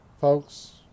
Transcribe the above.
Folks